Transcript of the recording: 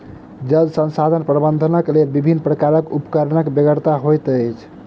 जल संसाधन प्रबंधनक लेल विभिन्न प्रकारक उपकरणक बेगरता होइत अछि